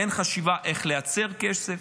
אין חשיבה איך לייצר כסף,